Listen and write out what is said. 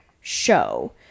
show